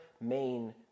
main